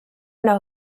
know